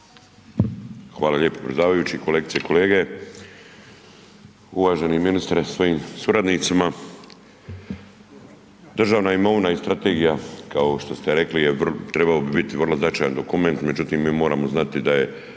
Hvala lijepa predsjedavajući. Kolegice i kolege, uvaženi ministre sa svojim suradnicima, državna imovina je strategija kao što ste rekli, trebao bi biti vrlo značajan dokument, međutim mi moramo znati da je